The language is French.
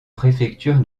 préfecture